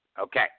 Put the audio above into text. Okay